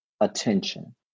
attention